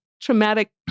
traumatic